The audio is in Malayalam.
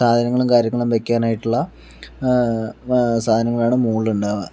സാധനങ്ങളും കാര്യങ്ങളും വെക്കാനായിട്ടുള്ള സാധനങ്ങളാണ് മുകളിൽ ഉണ്ടാകുക